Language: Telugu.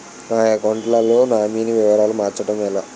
నా అకౌంట్ లో నామినీ వివరాలు మార్చటం ఎలా?